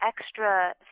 extra